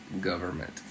government